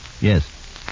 Yes